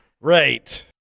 Right